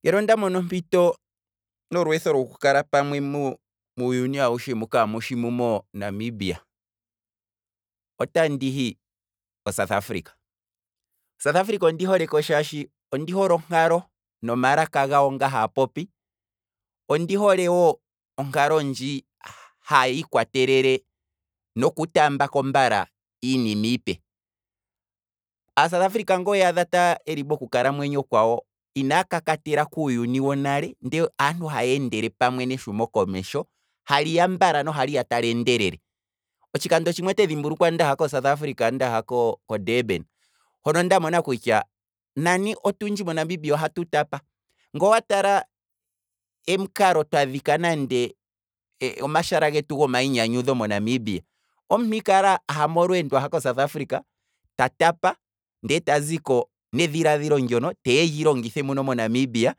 Ngele onda mono ompito, nolweetho loku kala pamwe mo- muuyuni mu kamushi monamibia, otandi hi kosouth africa, kosouth africa ondi holeko shaashi ondi hole onkalo nomalaka gawo nga haya popi, ondi hole noho onkalo ndji haya ikwatelele, noku tambaako mbala iinima iipe, aasouth africa nge oweeyadha yeli mokukalamwenyo kwawo, inaya kaka tela kuuyuni wonale, ndele aantu haya endele pamwe neshumo komesho, haliya mbala no haliya tali endelele, otshikando tshimwe ote dhimbulukwa ndaha kosouth africa, ndaha ko durban hono nda mona kutya nani otundji monamibia ohatu tapa, ngoo watala em'kalo twa dhika nande omashala getu gomayinyanyudho monamibia, omuntu ike ali aha molweendo aha kosouth africa, ta tapa ndele taziko nedhilaadhilo ndyono teya eli longithe muno monamibia,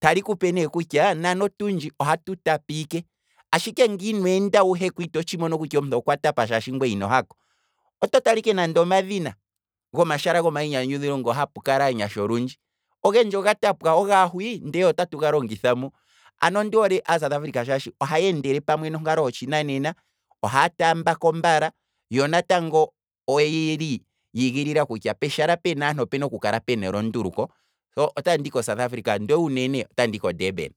tali kupe ne kutya nani otundji, ohatu tapa ike, ashike nge inweenda wu heko ito tshimono kutya omuntu okwa tapa shaashi ngweye ino hako, oto tala ike nande omadhina, gomashala gomayinyanyudho mpoka hapu kala aanyasha olundji, ogendji oga tapwa, ogaa hwii ndele otatu ga longitha mu, ano ondoole aasouth africa shaashi ohaya endele pamwe nonkalo ho tshinanena, ohaya taambako mbala, yo natango oyeli yiigilila kutya peshala pen aantu opena okukala pena elunduluko, sho otandi hi kosouth africa ndee uunene otandi hi ko durban.